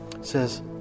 says